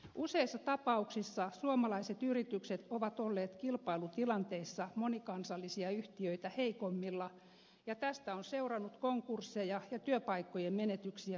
useissa tapauksissa suomalaiset yritykset ovat olleet kilpailutilanteissa monikansallisia yhtiöitä heikommalla ja tästä on seurannut konkursseja ja työpaikkojen menetyksiä suomalaisille